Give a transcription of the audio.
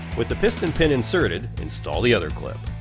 with the piston pin inserted, install the other clip